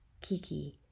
Kiki